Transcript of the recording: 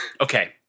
Okay